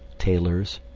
tailors,